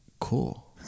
cool